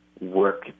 work